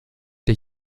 der